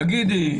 תגידי,